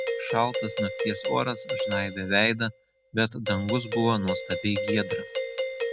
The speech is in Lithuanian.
šaltas nakties oras žnaibė veidą bet dangus buvo nuostabiai giedras